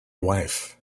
wife